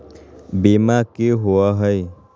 बीमा की होअ हई?